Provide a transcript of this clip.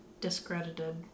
Discredited